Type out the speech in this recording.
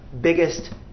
biggest